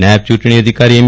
નાથબ ચૂંટણી અધિકારી એમ